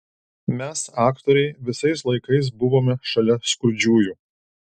mes aktoriai visais laikais buvome šalia skurdžiųjų